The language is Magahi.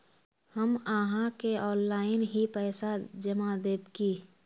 हम आहाँ के ऑनलाइन ही पैसा जमा देब की?